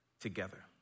together